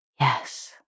yes